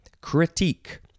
critique